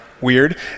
weird